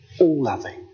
all-loving